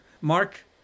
Mark